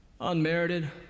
Unmerited